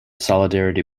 solidarity